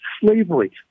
slavery